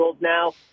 now